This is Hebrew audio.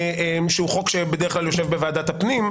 שהוא חוק שבדרך כלל יושב בוועדת הפנים,